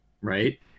right